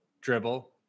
dribble